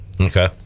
Okay